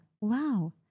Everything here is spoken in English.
wow